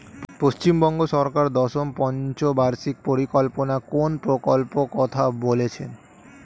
পশ্চিমবঙ্গ সরকার দশম পঞ্চ বার্ষিক পরিকল্পনা কোন প্রকল্প কথা বলেছেন?